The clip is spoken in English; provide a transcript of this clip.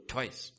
Twice